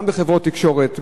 גם בחברות תקשורת,